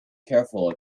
careful